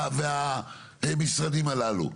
והמשרדים הללו.